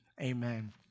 amen